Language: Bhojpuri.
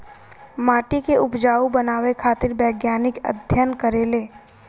माटी के उपजाऊ बनावे खातिर वैज्ञानिक अध्ययन करेले